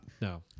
No